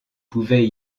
pouvait